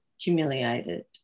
humiliated